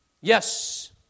Yes